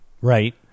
Right